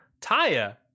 taya